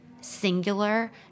singular